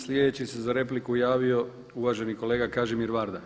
Sljedeći se za repliku javio uvaženi kolega Kažimir Varda.